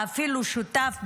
ואפילו שותף,